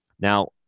Now